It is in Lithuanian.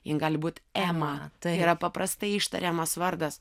ji gali būt ema tai yra paprastai ištariamas vardas